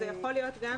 זה לא החלטה רק לגבי